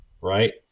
right